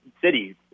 cities